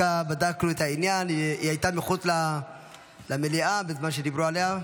בדקנו את העניין והיא הייתה מחוץ למליאה בזמן שדיברו עליה,